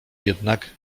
jednak